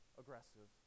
aggressive